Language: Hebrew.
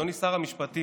אדוני שר המשפטים?